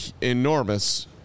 enormous